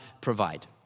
provide